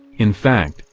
in fact,